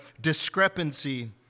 discrepancy